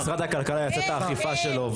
כשמשרד הכלכלה יעשה את האכיפה שלו,